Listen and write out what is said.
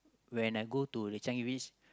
when I go to the Changi Village